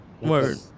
Word